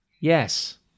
Yes